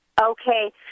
Okay